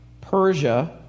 Persia